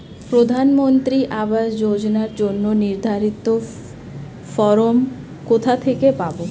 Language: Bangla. প্রধানমন্ত্রী আবাস যোজনার জন্য নির্ধারিত ফরম কোথা থেকে পাব?